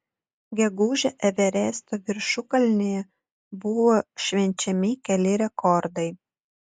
gegužę everesto viršukalnėje buvo švenčiami keli rekordai